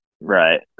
Right